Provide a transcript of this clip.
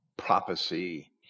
Prophecy